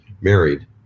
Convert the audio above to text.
married